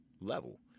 level